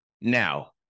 Now